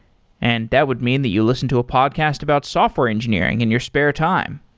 and that would mean that you listen to a podcast about software engineering in your spare time,